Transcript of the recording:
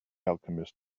alchemist